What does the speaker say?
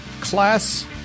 class